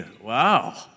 Wow